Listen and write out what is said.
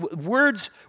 words